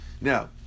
Now